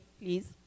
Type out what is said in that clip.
Please